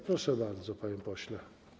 Proszę bardzo, panie pośle.